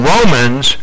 Romans